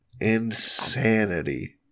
Insanity